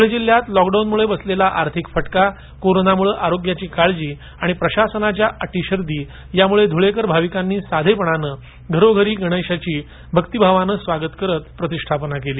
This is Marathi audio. धुळे जिल्ह्यात लॉकडाऊनमुळे बसलेला आर्थिक फटकाकोरोनामुळे आरोग्याची काळजी आणि प्रशासनाच्या अटी शर्ती यामुळे ध्रळेकर भाविकांनी साधेपणाने घरोघरी गणेशाचे भक्तीभावाने स्वागत केले